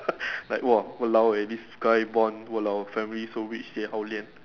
like !wah! !walao! eh this guy born !walao! family so rich sibeh hao lian